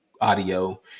Audio